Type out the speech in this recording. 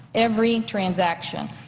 every transaction.